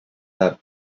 that